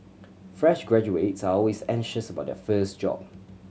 fresh graduates are always anxious about their first job